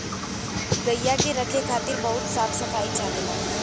गइया के रखे खातिर बहुत साफ सफाई चाहेला